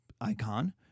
icon